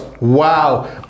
Wow